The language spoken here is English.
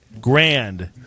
Grand